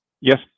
Yes